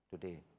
today